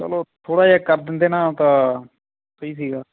ਚਲੋ ਥੋੜ੍ਹਾ ਜਿਹਾ ਕਰ ਦਿੰਦੇ ਨਾ ਤਾਂ ਸਹੀ ਸੀਗਾ